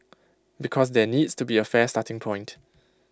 because there needs to be A fair starting point